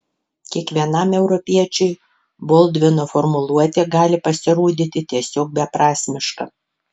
kiekvienam europiečiui boldvino formuluotė gali pasirodyti tiesiog beprasmiška